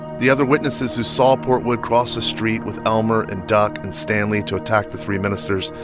the other witnesses who saw portwood cross the street with elmer and duck and stanley to attack the three ministers,